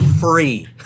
free